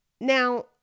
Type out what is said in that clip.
Now